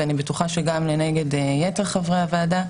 ואני בטוחה שגם לנגד עיני יתר חברי הוועדה,